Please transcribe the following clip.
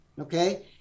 okay